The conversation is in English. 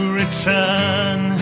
return